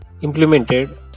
implemented